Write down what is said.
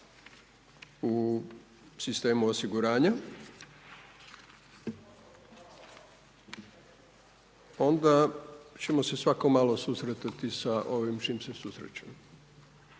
u sistemu osiguranja, onda ćemo se svako malo susretati sa ovim s čim se susrećemo.